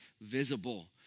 visible